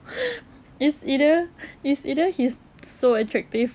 it's either it's either he's so attractive